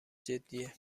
جدیه